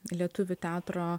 lietuvių teatro